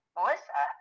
Melissa